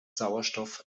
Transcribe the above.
sauerstoff